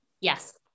yes